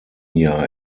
jahr